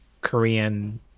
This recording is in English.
Korean